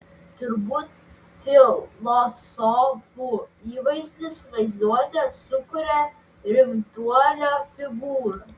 turbūt filosofų įvaizdis vaizduotėje sukuria rimtuolio figūrą